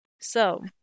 So-